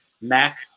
Mac